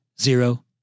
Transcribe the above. zero